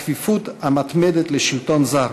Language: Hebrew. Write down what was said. הכפיפות המתמדת לשלטון זר,